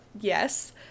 Yes